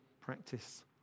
practice